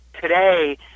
today